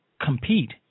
compete